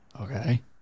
Okay